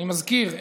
אני מזכיר,